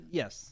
yes